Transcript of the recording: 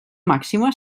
màxima